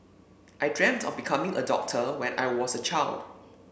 I dreamt of becoming a doctor when I was a child